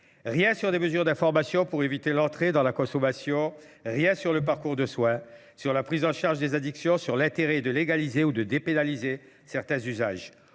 Rien sur les mesures d'information pour éviter l'entrée dans la consommation, rien sur le parcours de soins, sur la prise en charge des addictions, sur l'intérêt de légaliser ou de dépénaliser certains usages.